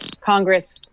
Congress